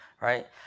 right